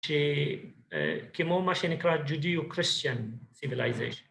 ‫שכמו מה שנקרא, Judeo-Christian civilization.